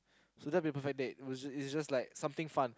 so that will be a perfect date it's it's just like something fun